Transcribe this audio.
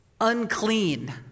unclean